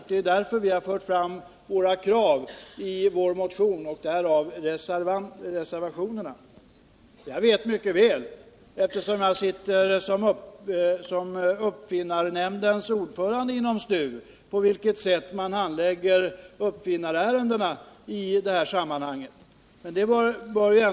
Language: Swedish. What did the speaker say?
Det är därför vi har fört fram våra krav i en motion och därav reservationerna. Jag vet mycket väl, eftersom jag sitter som uppfinnarnämndens ordförande inom STU, på vilket sätt man handlägger uppfinnarärendena i det här sammanhanget.